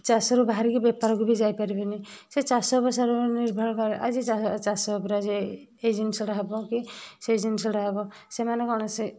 ଚାଷରୁ ବାହରିକି ବେପାରକୁ ବି ଯାଇ ପାରିବେନି ସେ ଚାଷ ଉପରେ ନିର୍ଭର କରିବେ ଆଜି ଚାଷ ଚାଷ ଉପରେ ଆଜି ଏଇ ଜିନଷଟା ହବ କି ସେ ଜିନଷଟା ହବ ସେମାନେ କ'ଣ ସେଇ